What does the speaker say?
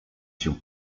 się